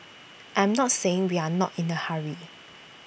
I'm not saying we are not in A hurry